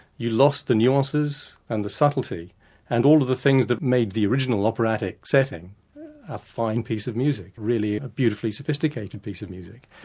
you lost the nuances, and the subtlety and all of the things that made the original operatic setting a fine piece of music, really a beautifully sophisticated piece of music.